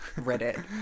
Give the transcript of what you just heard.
Reddit